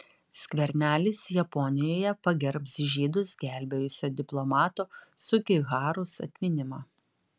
skvernelis japonijoje pagerbs žydus gelbėjusio diplomato sugiharos atminimą